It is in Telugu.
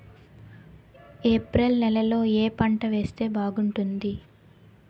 ఏప్రిల్ నెలలో ఏ పంట వేస్తే బాగుంటుంది?